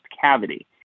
cavity